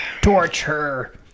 Torture